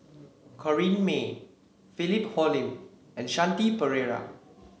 Corrinne May Philip Hoalim and Shanti Pereira